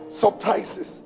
Surprises